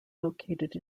located